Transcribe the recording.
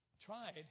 tried